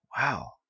Wow